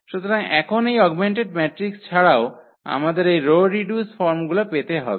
সুতরাং এখন এই অগমেন্টেড ম্যাট্রিক্স ছাড়াও আমাদের এই রো রিডিউসড ফর্মগুলি পেতে হবে